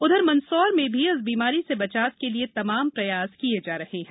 उधर मंदसौर में भी इस बीमारी से बचाव के लिए तमाम प्रयास किये जा रहे हैं